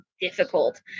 difficult